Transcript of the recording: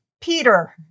Peter